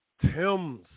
Tim's